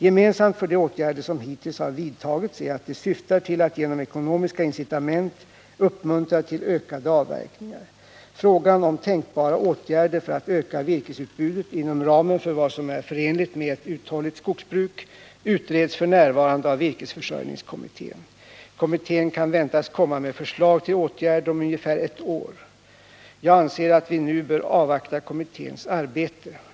Gemensamt för de åtgärder som hittills har vidtagits är att de syftar till att genom ekonomiska incitament uppmuntra till ökade avverkningar. Frågan om tänkbara åtgärder för att öka virkesutbudet inom ramen för vad som är förenligt med ett uthålligt skogsbruk utreds f. n. av virkesfö mittén. Kommittén kan väntas I rjningskomga fram förslag till åtgärder om ungefär ett år. Jag anser att vi nu bör avvakta kommitténs arbete.